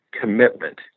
commitment